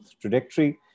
trajectory